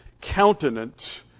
countenance